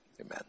amen